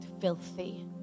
filthy